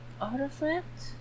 artifact